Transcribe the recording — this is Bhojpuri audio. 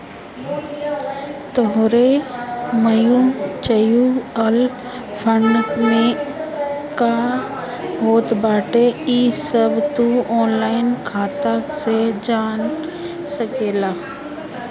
तोहरे म्यूच्यूअल फंड में का होत बाटे इ सब तू ऑनलाइन खाता से जान सकेला